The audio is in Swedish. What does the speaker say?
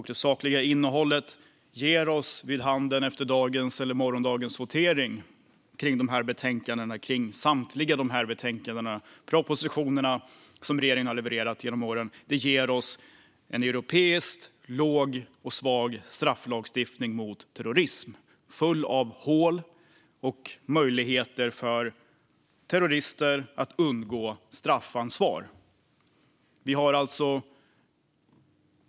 Det sakliga innehållet ger oss vid handen efter morgondagens votering om samtliga betänkanden, propositionerna som regeringen har levererat genom åren, en europeiskt sett låg och svag strafflagstiftning mot terrorism full av hål och möjligheter för terrorister att undgå straffansvar.